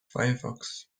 firefox